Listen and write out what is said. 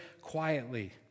quietly